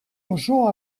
osoa